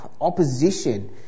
opposition